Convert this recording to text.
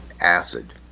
acid